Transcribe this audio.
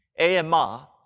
AMR